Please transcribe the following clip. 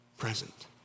present